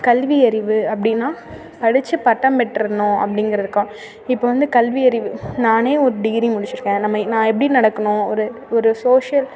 கல்வியறிவு அப்படின்னா படித்து பட்டம் பெற்றுடணும் அப்படிங்கிறதுக்கா இப்போ வந்து கல்வியறிவு நானே ஒரு டிகிரி முடித்திருக்கேன் நம்ம நான் எப்படி நடக்கணும் ஒரு ஒரு சோஷியல்